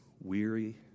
weary